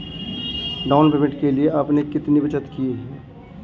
Down payment के लिए आपने कितनी बचत की है?